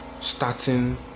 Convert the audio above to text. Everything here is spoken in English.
starting